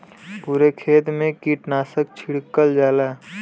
पुरे खेत मे कीटनाशक छिड़कल जाला